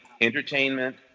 entertainment